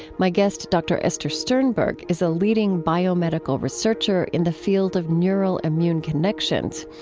my guest, dr. esther sternberg, is a leading biomedical researcher in the field of neural-immune connections.